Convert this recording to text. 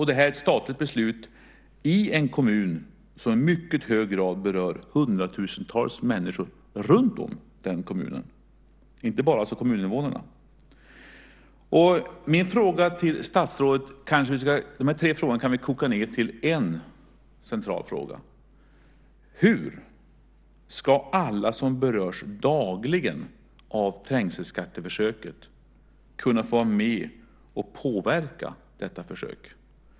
Det är ett statligt beslut i en kommun som i mycket hög grad berör hundratusentals människor runtom den kommunen och inte bara kommuninvånarna. Vi kan koka ned mina tre frågor till statsrådet till en central fråga. Hur ska alla som berörs dagligen av trängselskatteförsöket kunna få vara med och påverka detta försök?